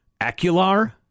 Acular